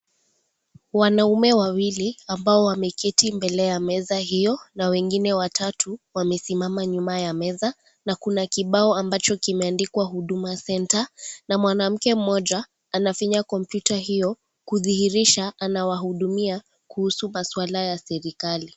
Wanaume wawili ambao wameketi mbele ya meza hiyo na wengine watatu wamesimama nyuma ya meza na kuna kibao ambacho kimeandikwa huduma center na mwanamke mmoja anafinya kompyuta hiyo kudhihirisha anawahudumia kuhusu masuala ya serikali.